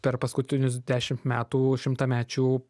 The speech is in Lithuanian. per paskutinius dešimt metų šimtamečių